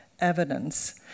evidence